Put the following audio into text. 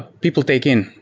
people take in.